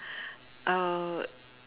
uh